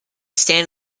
stand